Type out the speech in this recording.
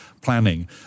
planning